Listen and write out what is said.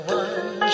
one